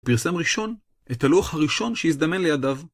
פרסם ראשון, את הלוח הראשון שהזדמן לידיו.